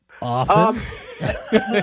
Often